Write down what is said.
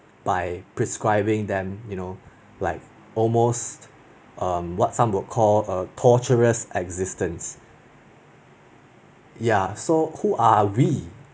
by prescribing them you know like almost um what some would call a tortuous existence ya so who are we